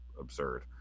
absurd